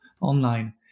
online